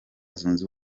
zunze